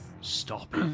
stop